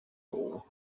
all